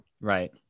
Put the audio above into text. right